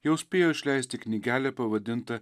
jau spėjo išleisti knygelę pavadintą